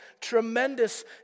tremendous